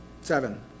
Seven